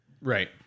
Right